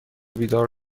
بیدار